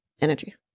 energy